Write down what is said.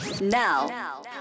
Now